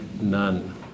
none